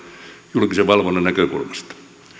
julkisen valvonnan näkökulmasta